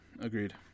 Agreed